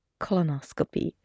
colonoscopy